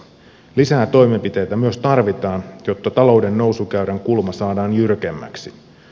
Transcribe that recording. lisää toimenpiteitä myös tarvitaan jotta talouden nousukäyrän kulma saadaan jyrkemmäksi